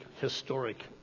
historic